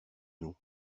nous